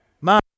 Mom